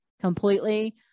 completely